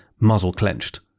muzzle-clenched